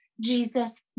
Jesus